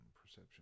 Perception